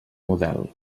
model